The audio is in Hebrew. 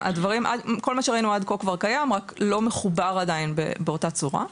כל מה שאינו פה כבר קיים אבל לא מחובר עדיין באוצה צורה.